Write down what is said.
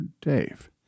Dave